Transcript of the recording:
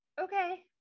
okay